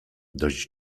dość